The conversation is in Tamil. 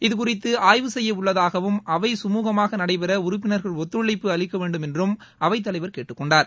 இதுகுறித்து ஆய்வு செய்ய உள்ளதாகவும் அவை கமுகமாக நடைபெற உறுப்பினர்கள் ஒத்தழைப்பு அளிக்க வேண்டும் என்றும் அவதை தலைவர் கேட்டுக்கொண்டார்